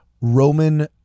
Roman